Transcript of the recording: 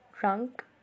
Drunk